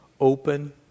open